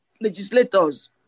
legislators